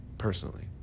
personally